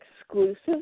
exclusive